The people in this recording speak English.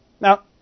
Now